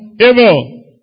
evil